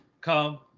Come